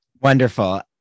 Wonderful